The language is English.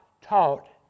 taught